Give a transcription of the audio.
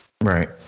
Right